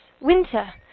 winter